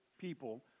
people